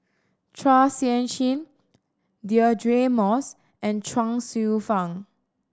Chua Sian Chin Deirdre Moss and Chuang Hsueh Fang